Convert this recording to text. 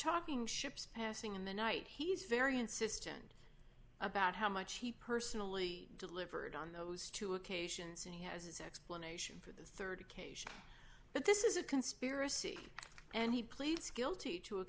talking ships passing in the night he's very insistent about how much he personally delivered on those two occasions and he has his explanation for the rd occasion that this is a conspiracy and he pleads guilty to a